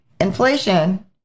Inflation